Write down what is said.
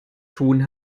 tun